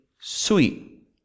sweet